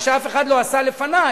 מה שאף אחד לא עשה לפני.